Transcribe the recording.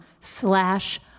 slash